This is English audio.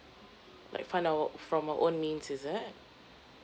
like find our from our own means is it